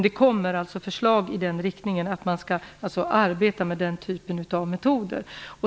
Det kommer dock förslag i den riktningen att man skall arbeta med den typen av metoder.